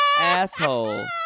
asshole